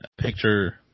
picture